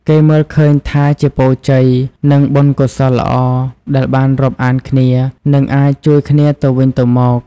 គេមើលឃើញថាជាពរជ័យ និងបុណ្យកុសលល្អដែលបានរាប់អានគ្នា និងអាចជួយគ្នាទៅវិញទៅមក។